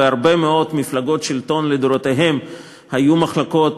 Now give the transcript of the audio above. בהרבה מאוד מפלגות שלטון לדורותיהן היו מחלוקות